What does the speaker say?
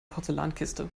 porzellankiste